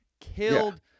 Killed